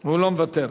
מוותר.